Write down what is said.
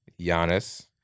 Giannis